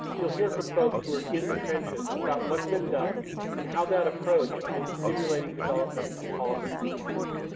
you'll hear from folks who are in the trenches about what's been done and how that approach is stimulating development of policy responses.